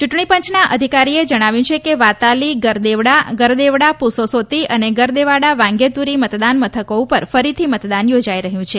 ચૂંટણીપંચના અધિકારીએ જણાવ્યું કે વાતાલી ગરદેવાડા ગરદેવાડા પુસોસોતી અને ગરદેવાડા વાંગેતુરી મતદાન મથકો પર ફરીથી મતદાન યોજાઈ રહ્યું છે